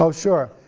so sure,